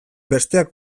besteak